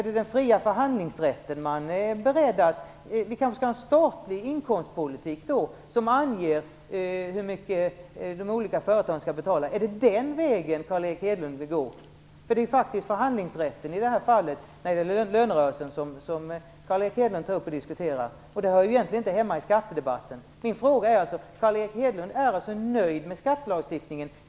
Är det den fria förhandlingsrätten man är beredd att förkasta? Vi skall kanske ha en statlig inkomstpolitik som anger hur mycket de olika företagen skall betala? Är det den vägen Carl Erik Hedlund vill gå? När det gäller lönerörelsen är det faktiskt förhandlingsrätten Carl Erik Hedlund tar upp till diksussion. Det hör egentligen inte hemma i skattedebatten. Är Carl Erik Hedlund nöjd med skattelagstiftningen?